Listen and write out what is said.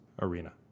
Arena